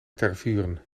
tervuren